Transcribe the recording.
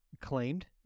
claimed